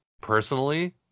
personally